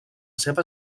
seva